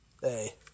hey